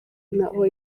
n’aho